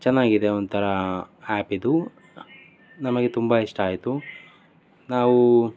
ಚೆನ್ನಾಗಿದೆ ಒಂಥರ ಆ್ಯಪ್ ಇದು ನಮಗೆ ತುಂಬ ಇಷ್ಟ ಆಯಿತು ನಾವು